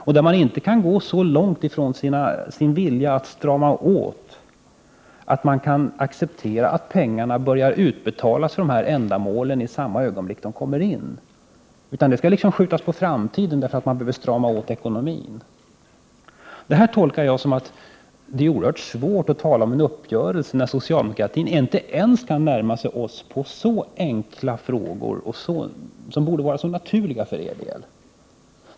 Man kan här inte gå så långt från sin vilja att strama åt att man accepterar att pengarna börjar utbetalas för dessa ändamål i samma ögonblick som de kommer in. Det skall i stället liksom skjutas på framtiden därför att man behöver strama åt ekonomin. Det är oerhört svårt att tala om en uppgörelse när socialdemokratin inte kan närma sig oss ens i så enkla frågor, där ställningstagandet för er del borde vara helt naturligt.